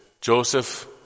Joseph